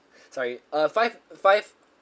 sorry uh five five